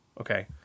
Okay